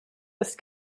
ist